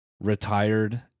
retired